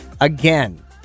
again